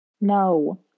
No